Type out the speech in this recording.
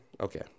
Okay